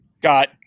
got –